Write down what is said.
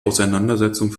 auseinandersetzung